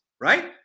right